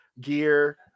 gear